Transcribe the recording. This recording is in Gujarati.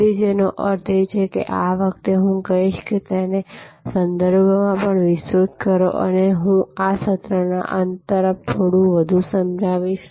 તેથી જેનો અર્થ છે કે આ વખતે હું કહીશ કે તેને સંદર્ભોમાં પણ વિસ્તૃત કરો અને હું આ સત્રના અંત તરફ થોડું વધુ સમજાવીશ